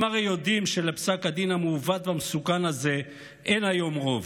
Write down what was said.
הם הרי יודעים שלפסק הדין המעוות והמסוכן הזה אין היום רוב.